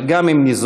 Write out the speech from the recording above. אלא אם גם ניזום,